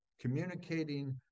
communicating